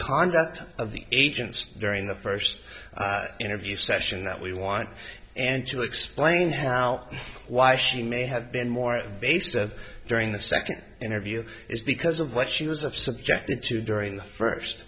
conduct of the agents during the first interview session that we want and to explain how why she may have been more invasive during the second interview is because of what she was of subjected to during the first